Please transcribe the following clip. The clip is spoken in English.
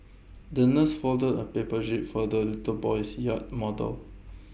the nurse folded A paper jib for the little boy's yacht model